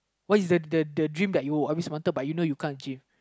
what is the the the dream you always wanted but you know you can't achieve